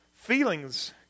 feelings